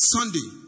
Sunday